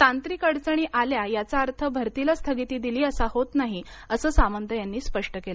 तांत्रिक अडचणी आल्या याचा अर्थ भरतीला स्थगिती दिली असा होत नाही असं सामंत यांनी स्पष्ट केलं